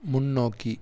முன்னோக்கி